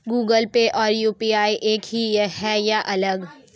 Google Pay और UPI एक ही है या अलग?